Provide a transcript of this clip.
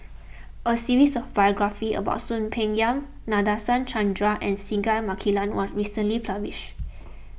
a series of biographies about Soon Peng Yam Nadasen Chandra and Singai Mukilan was recently published